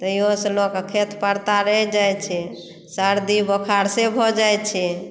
तइयो सॅं लोकके खेत परता रहि जाइत छै सर्दी बोखार से भऽ जाइत छै